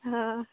हँअऽ